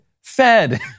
Fed